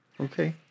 Okay